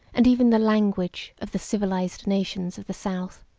and even the language, of the civilized nations of the south.